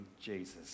jesus